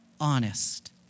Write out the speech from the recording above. honest